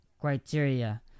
criteria